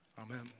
Amen